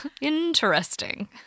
interesting